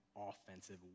offensive